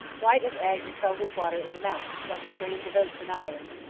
white of egg is held with water in the mouth, like the grains of oats in ireland,